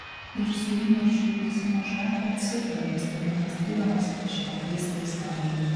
ir su įniršiu užgesinęs žvakę atsigulė vis tebemąstydamas apie šitą keistą istoriją